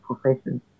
professions